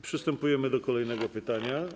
Przystępujemy do kolejnego pytania.